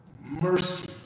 mercy